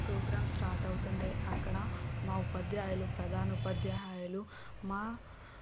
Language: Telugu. ప్రోగ్రామ్ స్టార్ట్ అవుతుండే అక్కడ మా ఉపాధ్యాయులు ప్రధానోపాధ్యాయులు మా